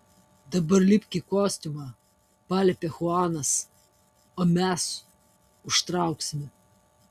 dabar lipk į kostiumą paliepė chuanas o mes užtrauksime